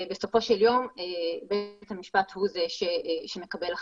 בסופו של יום בית המשפט הוא זה שמקבל החלטה.